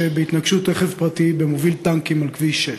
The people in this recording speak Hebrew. בהתנגשות רכב פרטי במוביל טנקים על כביש 6,